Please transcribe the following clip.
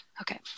okay